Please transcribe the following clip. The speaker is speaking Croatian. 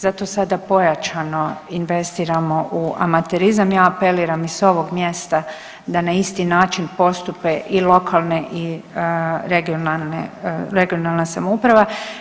Zato sada pojačano investiramo u amaterizam, ja apeliram i s ovog mjesta da na isti način postupe i lokalne i regionalne, regionalna samouprava.